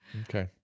Okay